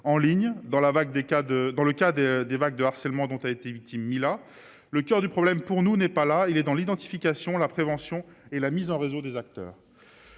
des cas de dans le cas des des vagues de harcèlement dont a été victime, il a le coeur du problème pour nous n'est pas là, il est dans l'identification, la prévention et la mise en réseau des acteurs,